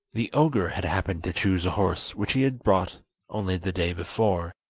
the ogre had happened to choose a horse which he had bought only the day before,